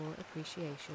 appreciation